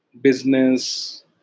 business